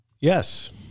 Yes